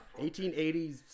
1880s